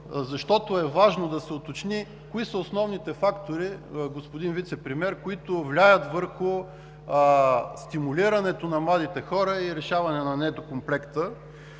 защото е важно да се уточни кои са основните фактори, господин Вицепремиер, които влияят върху стимулирането на младите хора и решаване на некомплекта,